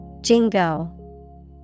Jingo